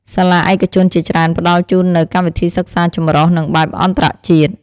សាលាឯកជនជាច្រើនផ្តល់ជូននូវ កម្មវិធីសិក្សាចម្រុះ និងបែបអន្តរជាតិ ។